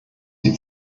die